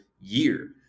year